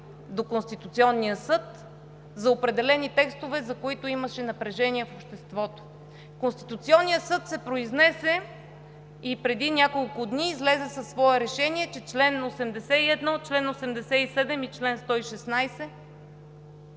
до Конституционния съд за определени текстове, за които имаше напрежение в обществото. Конституционният съд се произнесе и преди няколко дни излезе със свое решение, че чл. 81, чл. 87 и чл. 116